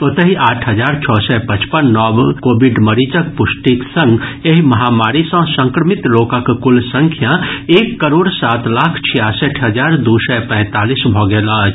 ओतहि आठ हजार छओ सय पचपन नव कोविड मरीजक पुष्टिक संग एहि महामारी सॅ संक्रमित लोकक कुल संख्या एक करोड़ सात लाख छियासठि हजार दू सय पैंतालीस भऽ गेल अछि